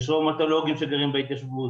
יש ראומטולוגים שגרים בהתיישבות,